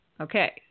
okay